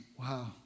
wow